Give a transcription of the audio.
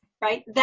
Right